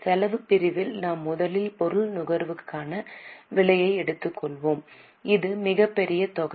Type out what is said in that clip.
செலவு பிரிவில் நாம் முதலில் பொருள் நுகர்வுக்கான விலையை எடுத்துக்கொள்வோம் இது மிகப்பெரிய தொகை